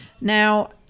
Now